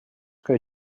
que